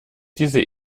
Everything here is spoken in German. diese